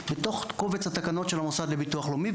בתוך קובץ התקנות של המוסד לביטוח לאומי.